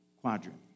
quadrant